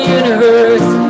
universe